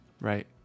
right